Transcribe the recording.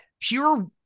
pure